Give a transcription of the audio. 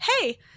hey